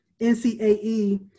NCAE